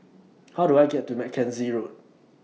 How Do I get to Mackenzie Road